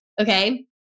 Okay